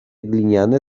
gliniane